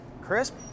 crisp